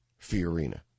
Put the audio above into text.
Fiorina